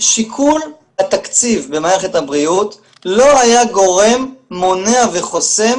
שיקול התקציב במערכת הבריאות לא היה גורם מונע וחוסם